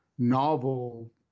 Novel